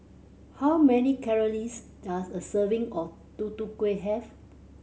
how many calories does a serving of Tutu Kueh have